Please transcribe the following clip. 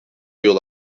yol